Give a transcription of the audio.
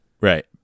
Right